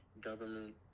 government